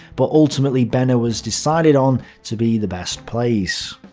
but ultimately bene was decided on to be the best place.